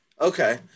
okay